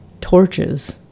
torches